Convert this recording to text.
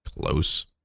close